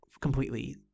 completely